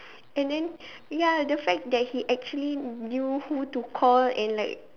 and then ya the fact that he actually knew who to call and like